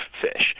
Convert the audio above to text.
fish